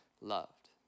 loved